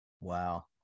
wow